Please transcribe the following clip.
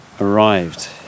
arrived